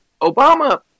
Obama